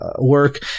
work